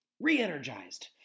Re-energized